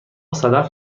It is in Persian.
صدف